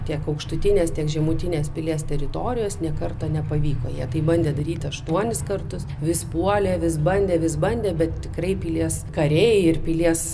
tiek aukštutinės tiek žemutinės pilies teritorijos nė karto nepavyko jie tai bandė daryti aštuonis kartus vis puolė vis bandė vis bandė bet tikrai pilies kariai ir pilies